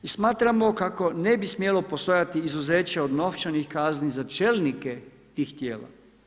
Smatramo kako ne bi smjelo postojati izuzeće od novčanih kazni za čelnike tih tijela.